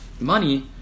money